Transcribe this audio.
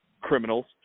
criminals